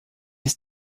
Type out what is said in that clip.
ist